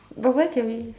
but where can we